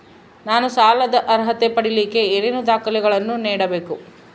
ನಾನು ಸಾಲದ ಅರ್ಹತೆ ಪಡಿಲಿಕ್ಕೆ ಏನೇನು ದಾಖಲೆಗಳನ್ನ ನೇಡಬೇಕು?